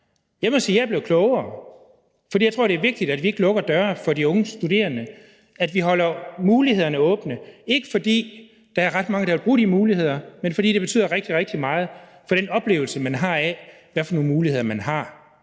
Jeg må sige, at jeg er blevet klogere, for jeg tror, det er vigtigt, at vi ikke lukker døre for de unge studerende, men at vi holder mulighederne åbne, ikke fordi der er ret mange, der vil bruge de muligheder, men fordi det betyder rigtig, rigtig meget for oplevelsen af, hvilke muligheder man har,